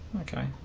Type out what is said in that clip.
Okay